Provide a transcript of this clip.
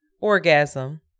orgasm